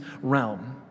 realm